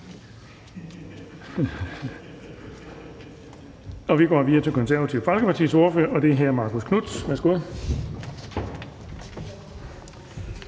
Vi går videre til Det Konservative Folkepartis ordfører, og det er hr. Marcus Knuth. Værsgo.